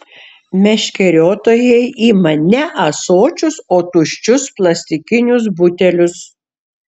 meškeriotojai ima ne ąsočius o tuščius plastikinius butelius